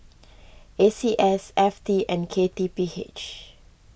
A C S F T and K T P H